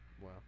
Wow